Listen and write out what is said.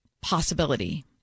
possibility